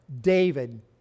David